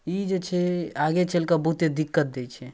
ई जे छै आगू चलिकऽ बहुते दिक्कत दै छै